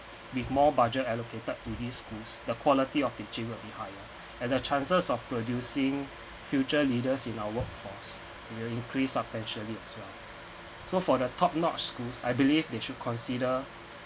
with more budget allocated to these schools the quality of the achievement will be higher and the chances of producing future leaders in our workforce will increase substantially as well so for the top notch schools I believe they should consider